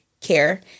care